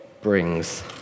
brings